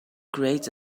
creates